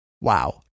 Wow